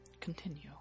continue